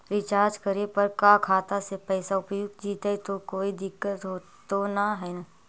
Recharge करे पर का खाता से पैसा उपयुक्त जितै तो कोई दिक्कत तो ना है?